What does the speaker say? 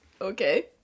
Okay